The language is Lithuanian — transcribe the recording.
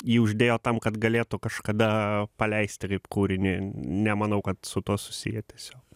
jį uždėjo tam kad galėtų kažkada paleisti kaip kūrinį nemanau kad su tuo susiję tiesiog